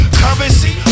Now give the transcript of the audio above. currency